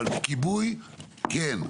אבל בכיבוי כן.